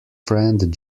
friend